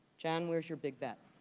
john, where's your big bet?